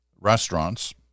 restaurants